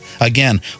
Again